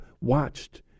watched